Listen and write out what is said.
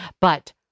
But-